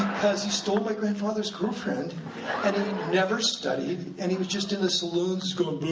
because he stole my grandfather's girlfriend and he never studied, and he was just in the saloons goin'